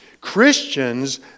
Christians